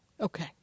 okay